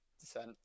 descent